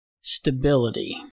Stability